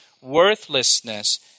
worthlessness